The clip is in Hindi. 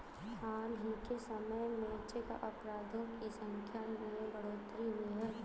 हाल ही के समय में चेक अपराधों की संख्या में बढ़ोतरी हुई है